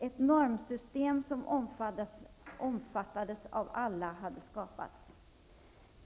Ett normsystem som omfattades av alla hade skapats.